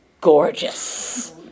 gorgeous